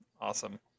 Awesome